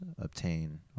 obtain